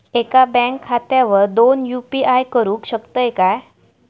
एका बँक खात्यावर दोन यू.पी.आय करुक शकतय काय?